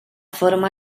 forma